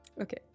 Okay